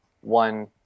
one